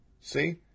See